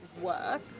work